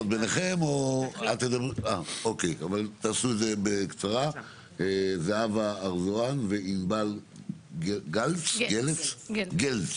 התושבות זהבה ארזואן וענבל גלץ.